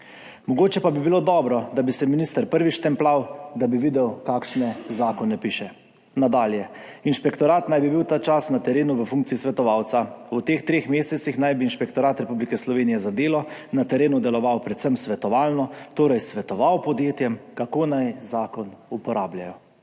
Mogoče pa bi bilo dobro, da bi se minister prvi štempljal, da bi videl, kakšne zakone piše. Nadalje. Inšpektorat naj bi bil ta čas na terenu v funkciji svetovalca. V teh treh mesecih naj bi Inšpektorat Republike Slovenije za delo na terenu deloval predvsem svetovalno, torej svetoval podjetjem, kako naj zakon uporabljajo.